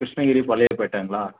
கிருஷ்ணகிரி பழையப் பேட்டங்களா